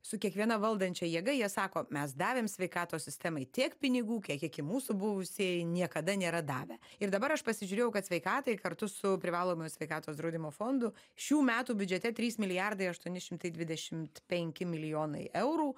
su kiekviena valdančia jėga jie sako mes davėm sveikatos sistemai tiek pinigų kiek iki mūsų buvusieji niekada nėra davę ir dabar aš pasižiūrėjau kad sveikatai kartu su privalomojo sveikatos draudimo fondu šių metų biudžete trys milijardai aštuoni šimtai dvidešimt penki milijonai eurų